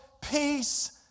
peace